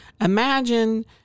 Imagine